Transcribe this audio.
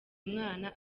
mwana